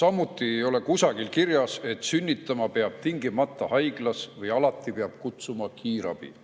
Samuti ei ole kusagil kirjas, et sünnitama peab tingimata haiglas või et alati peab kutsuma kiirabi.